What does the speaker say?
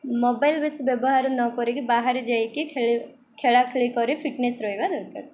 mobile ବେଶୀ ବ୍ୟବହାର ନ କରରିକି ବାହାରେ ଯାଇକି ଖେଳି ଖେଳା ଖେଳି କରି ଫିଟନେସ୍ ରହିବା ଦରକାର